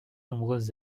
nombreuses